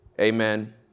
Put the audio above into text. Amen